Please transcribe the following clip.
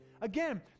Again